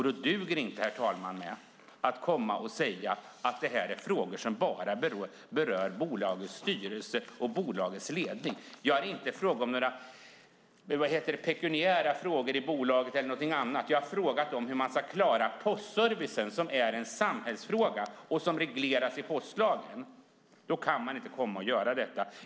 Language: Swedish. Då duger det inte, herr talman, att säga att det här är frågor som bara berör bolaget, styrelsen och bolagets ledning. Jag har inte ställt några pekuniära frågor om bolaget eller någonting annat. Jag har frågat hur man ska klara postservicen, som är en samhällsfråga och som regleras i postlagen. Då kan man inte säga på detta sätt.